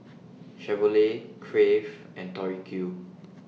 Chevrolet Crave and Tori Q